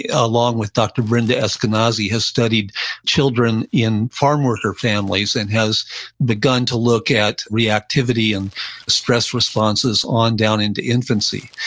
ah along with dr. brenda eskenazi, has studied children in farm worker families and has begun to look at reactivity and stress responses on down into infancy.